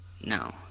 No